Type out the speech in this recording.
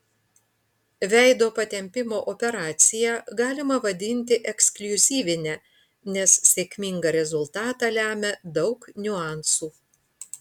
veido patempimo operaciją galima vadinti ekskliuzyvine nes sėkmingą rezultatą lemia daug niuansų